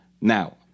Now